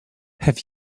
have